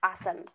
Awesome